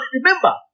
remember